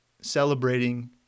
celebrating